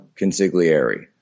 consigliere